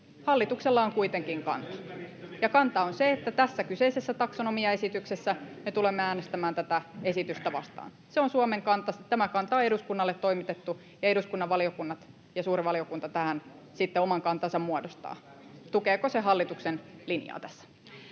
hallituksella on kuitenkin kanta, ja kanta on se, että tässä kyseisessä taksonomiaesityksessä me tulemme äänestämään tätä esitystä vastaan. Se on Suomen kanta. Tämä kanta on eduskunnalle toimitettu, ja eduskunnan suuri valiokunta sitten oman kantansa muodostaa siihen, tukeeko se hallituksen linjaa tässä.